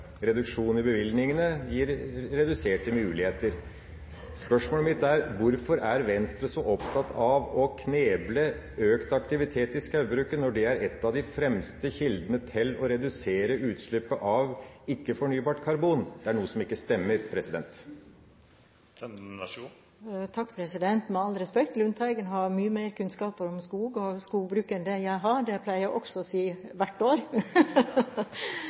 Reduksjon i bevilgningene gir reduserte muligheter. Spørsmålet mitt er: Hvorfor er Venstre så opptatt av å kneble økt aktivitet i skogbruket når det er en av de fremste kildene til å redusere utslippet av ikke fornybart karbon? Det er noe som ikke stemmer. Med all respekt: Lundteigen har mye mer kunnskap om skog og skogbruk enn det jeg har – det pleier jeg også å si hvert år